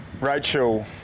Rachel